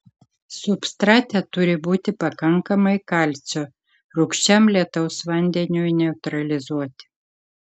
substrate turi būti pakankamai kalcio rūgščiam lietaus vandeniui neutralizuoti